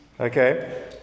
okay